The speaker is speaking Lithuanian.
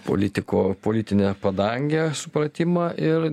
politiko politinę padangę supratimą ir